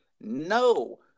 no